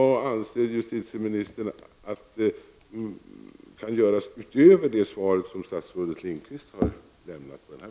Vad anser justitieministern kan göras utöver det som framkom av statsrådet Lindqvists svar?